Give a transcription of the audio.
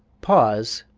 pause.